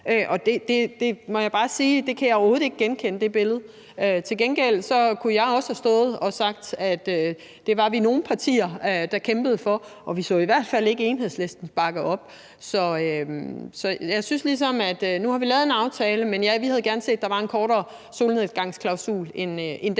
billede må jeg bare sige at jeg overhovedet ikke kan genkende. Til gengæld kunne jeg også have stået og sagt, at det var vi nogle partier, der kæmpede for, og vi så i hvert fald ikke Enhedslisten bakke op. Så jeg synes ligesom, at nu har vi lavet en aftale, men ja, vi havde gerne set, at der var en kortere solnedgangsklausul end den,